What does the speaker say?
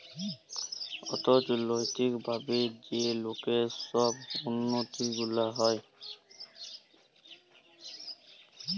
অথ্থলৈতিক ভাবে যে লকের ছব উল্লতি গুলা হ্যয়